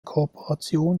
kooperation